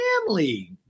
family